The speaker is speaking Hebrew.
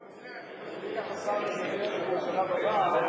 לא רק זה, אני מזמין את השר לסייע בשלב הבא.